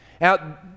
Now